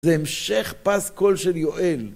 זה המשך פסקול של יואל.